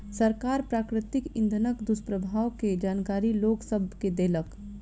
सरकार प्राकृतिक इंधनक दुष्प्रभाव के जानकारी लोक सभ के देलक